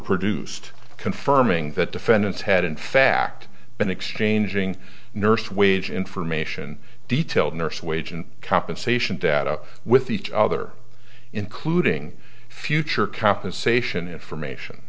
produced confirming that defendants had in fact been exchanging nurse wage information detailed nurse wage and compensation data with each other including future compensation information